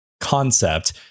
concept